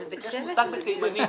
האיתנות הפיננסית